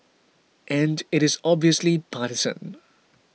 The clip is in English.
and it is obviously partisan